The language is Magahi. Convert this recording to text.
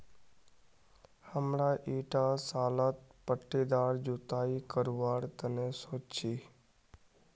हमरा ईटा सालत पट्टीदार जुताई करवार तने सोच छी